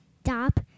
stop